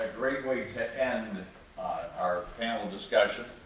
great way to end our panel discussion.